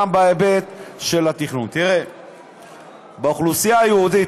גם בהיבט של התכנון: באוכלוסייה היהודית